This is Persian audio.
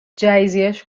جهیزیهش